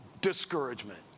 discouragement